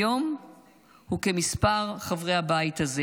היום הוא כמספר חברי הבית הזה